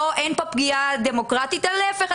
אין פה פגיעה דמוקרטית, אלא להיפך.